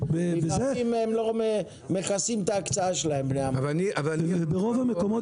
לפעמים הם לא מכסים את ההקצאה שלהם, בני המקום.